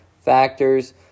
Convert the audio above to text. factors